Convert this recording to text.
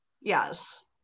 yes